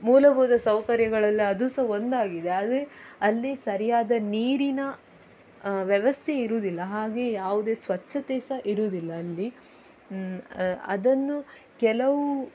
ಮೂಲಭೂತ ಸೌಕರ್ಯಗಳಲ್ಲಿ ಅದು ಸಹ ಒಂದಾಗಿದೆ ಆದರೆ ಅಲ್ಲಿ ಸರಿಯಾದ ನೀರಿನ ವ್ಯವಸ್ಥೆ ಇರೋದಿಲ್ಲ ಹಾಗೆ ಯಾವುದೇ ಸ್ವಚ್ಛತೆ ಸಹ ಇರೋದಿಲ್ಲ ಅಲ್ಲಿ ಅದನ್ನು ಕೆಲವು